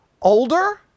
older